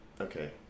Okay